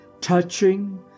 touching